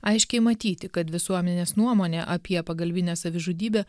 aiškiai matyti kad visuomenės nuomonė apie pagalbinę savižudybę